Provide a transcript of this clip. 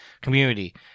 community